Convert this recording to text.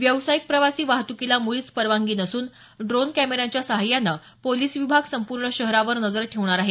व्यावसायिक प्रवासी वाहतुकीला मुळीच परवानगी नसून ड्रोन कॅमेऱ्यांच्या सहाय्याने पोलिस विभाग संपूर्ण शहरावर नजर ठेवणार आहे